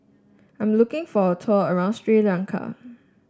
I am looking for a tour around Sri Lanka